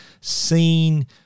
seen